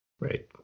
Right